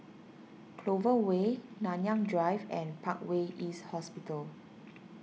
Clover Way Nanyang Drive and Parkway East Hospital